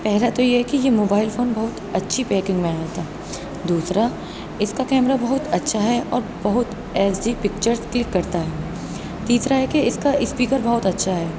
پہلا تو یہ ہے کہ یہ موبائل فون بہت اچھی پیکنگ میں آیا تھا دوسرا اِس کا کیمرہ بہت اچھا ہے اور بہت ایچ ڈی پکچرز کلک کرتا ہے تیسرا ہے کہ اِس کا اسپیکر بہت اچھا ہے